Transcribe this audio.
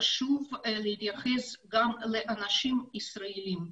וחשוב להתייחס גם לאנשים ישראלים,